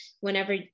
whenever